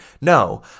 No